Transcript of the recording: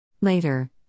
Later